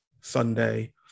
Sunday